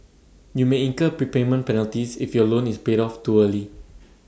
you may incur prepayment penalties if your loan is paid off too early